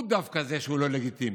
הוא דווקא זה שהוא לא לגיטימי.